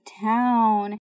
town